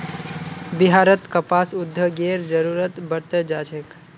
बिहारत कपास उद्योगेर जरूरत बढ़ त जा छेक